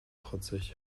trotzig